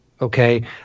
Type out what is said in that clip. okay